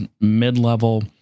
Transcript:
mid-level